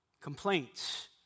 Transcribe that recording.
complaints